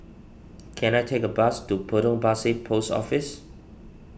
can I take a bus to Potong Pasir Post Office